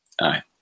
aye